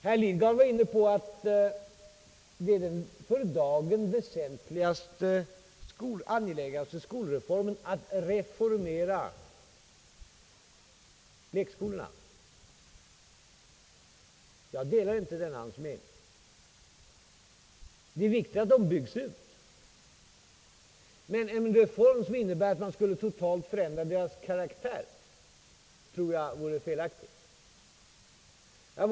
Herr Lidgard var inne på att den för dagen mest angelägna skolreformen är att reformera lekskolorna. Jag delar inte denna hans mening. Det är viktigt att lekskolorna byggs ut, men en reform som innebär en total förändring av deras karaktär tror jag vore felaktig.